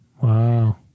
Wow